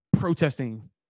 protesting